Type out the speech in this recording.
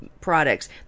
products